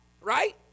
Right